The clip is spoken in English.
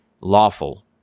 lawful